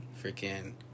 freaking